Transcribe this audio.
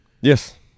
Yes